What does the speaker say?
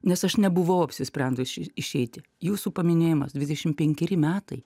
nes aš nebuvau apsisprendusi išeiti jūsų paminėjimas dvidešimt penkeri metai